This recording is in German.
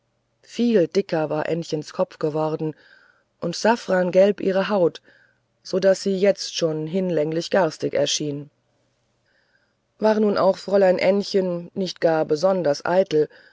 viel dicker war ännchens kopf geworden und safrangelb ihre haut so daß sie jetzt schon hinlänglich garstig erschien war nun auch fräulein ännchen nicht gar besonders eitel